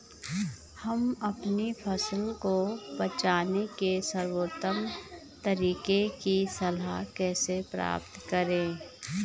हम अपनी फसल को बचाने के सर्वोत्तम तरीके की सलाह कैसे प्राप्त करें?